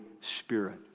Spirit